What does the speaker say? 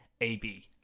AB